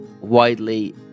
widely